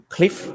Cliff